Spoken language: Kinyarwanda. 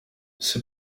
ese